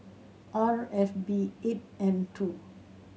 R F B eight M two